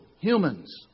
humans